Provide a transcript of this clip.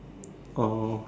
orh